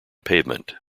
pavement